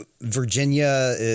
Virginia